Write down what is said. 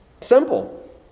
Simple